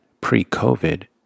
pre-COVID